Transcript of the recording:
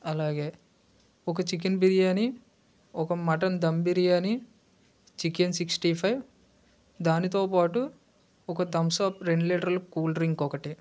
అలాగే ఒక చికెన్ బిర్యానీ ఒక mutton dum biryani chicken sixty five దానితోపాటు ఒక తంసప్ రెండు లీటర్లు కూల్ డ్రింక్ ఒకటి